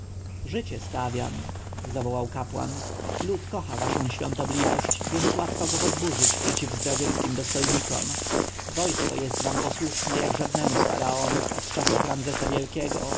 życie stawiam zawołał kapłan lud kocha waszą świątobliwość więc łatwo go podburzyć przeciw zdradzieckim dostojnikom wojsko jest wam posłuszne jak żadnemu z faraonów od czasu ramzesa wielkiego